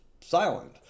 silent